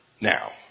now